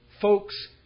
Folks